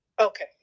Okay